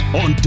on